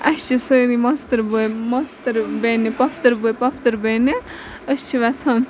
اَسہِ چھِ سٲری ماستٕرۍ بٲے ماستٕر بیٚنہِ پوٚپھتٕرۍ بٲے پوٚپھتٕرۍ بیٚنہِ أسۍ چھِ وٮ۪ژھان